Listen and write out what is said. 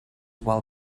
while